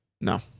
No